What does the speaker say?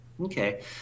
Okay